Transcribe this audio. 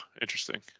interesting